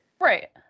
Right